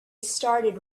started